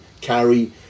carry